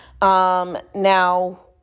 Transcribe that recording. Now